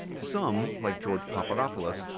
some, like george papadopoulos,